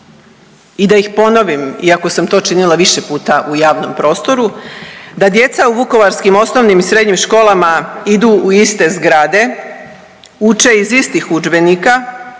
i da ih ponovim, iako sam to činila više puta u javnom prostoru, da djeca u vukovarskim osnovnim i srednjim školama idu u iste zgrade, uče iz istih udžbenika